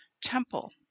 temple